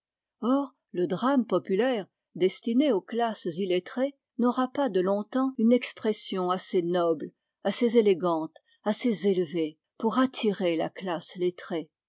or le drame populaire destiné aux classes illétrées n'aura pas de long-temps une expression assez noble assez élégante assez élevée pour attirer la classe